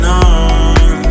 on